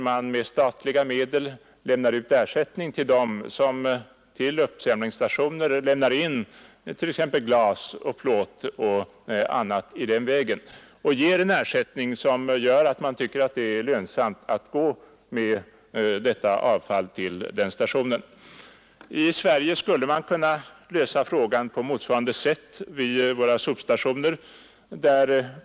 Med statliga medel lämnar man där ut ersättning till dem som vid uppsamlingsstationer lämnar in t.ex. glas och plåt och annat förbrukat material. Inlämnarna får en ersättning som gör att de tycker att det är lönsamt att gå med materialet till uppsamlingsstationen. I Sverige skulle frågan kunna lösas på motsvarande sätt.